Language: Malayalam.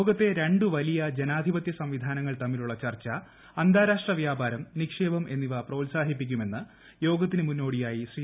ലോകത്തെ രണ്ട് വലിയ ജനാധിപതൃ സംവിധാനങ്ങൾ തമ്മിലുള്ള ചർച്ച അന്താരാഷ്ട്ര വ്യാപാരം നിക്ഷേപം എന്നിവ പ്രോത്സാഹ്ലിപ്പിക്കുമെന്ന് യോഗത്തിന് മുന്നോടിയായി ശ്രീ